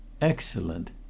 excellent